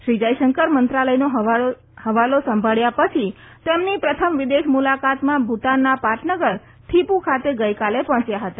શ્રી જયશંકર મંત્રાલયનો હવાલો સંભાળ્યા પછી તેમની પ્રથમ વિદેશ મુલાકાતમાં ભુતાનના પાટનગર થીંપુ ખાતે ગઈકાલે પહોચ્યા હતા